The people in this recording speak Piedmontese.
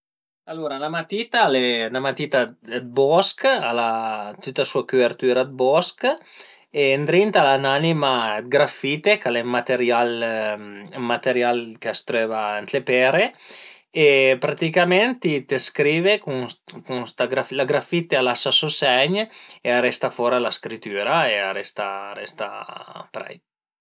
Alura la matita al e 'na matita dë bosch, al a tüta sua cüvertüra dë bosch e ëndrinta al a ün'anima dë grafite ch'al e ën material ën material ch'a s'tröva ën le pere e praticament ti te scrive cun sta grafite, la grafite a lasa so segn e a resta fora la scritüra e a resta a resta parei